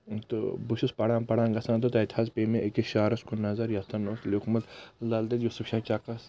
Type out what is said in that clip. تہٕ بہٕ چھُس پران پران گژھان تہٕ تتہِ حظ پے مےٚ أکِس شعارس کُن نظر یتتٮ۪ن اوس لیوٗکھمُت لل دٮ۪دِ یوصف شاہ چکس